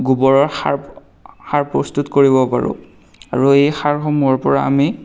গোবৰৰ সাৰ সাৰ প্ৰস্তুত কৰিব পাৰোঁ আৰু এই সাৰসমূহৰ পৰা আমি